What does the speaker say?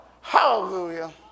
Hallelujah